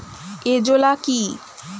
Azolla কি?